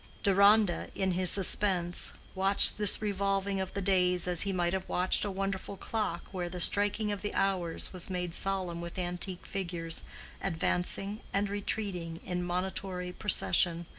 deronda, in his suspense, watched this revolving of the days as he might have watched a wonderful clock where the striking of the hours was made solemn with antique figures advancing and retreating in monitory procession,